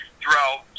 throughout